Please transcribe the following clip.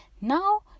now